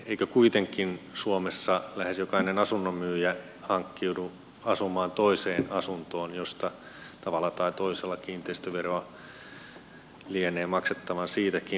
eikö kuitenkin suomessa lähes jokainen asunnonmyyjä hankkiudu asumaan toiseen asuntoon josta tavalla tai toisella kiinteistöveroa lienee maksettava siitäkin